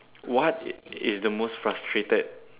what is the most frustrated